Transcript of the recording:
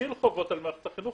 שיטיל חובות על מערכת החינוך,